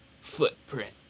footprint